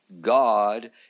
God